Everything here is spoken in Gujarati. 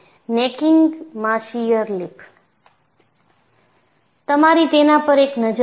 નેકીંગમાં શીઅર લિપ તમારી તેના પર એક નજર હશે